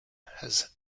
has